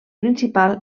principal